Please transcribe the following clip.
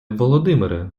володимире